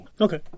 Okay